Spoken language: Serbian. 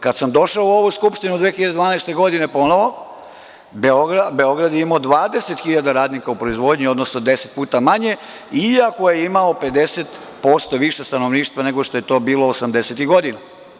Kada sam došao u ovu Skupštinu 2012. godine ponovo, Beograd je imao 20.000 radnika u proizvodnji, odnosno 10 puta manje iako je imao 50% više stanovništva nego što je to bilo 80-tih godina.